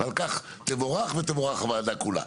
ועל כך תבורך ותבורך הוועדה כולה.